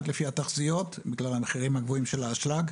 לפי התחזיות בגלל המחירים הגבוהים של האשלג,